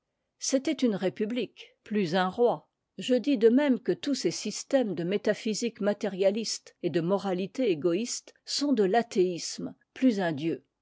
c'était une république plus un roi je dis de même que tous ces systèmes de métaphysique matérialiste et de moralité égoïste sont de l'athéisme plus un dieu